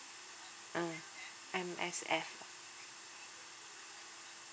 mm M_S_F ah